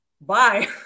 bye